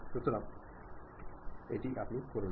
সুতরাং সংরক্ষণ করুন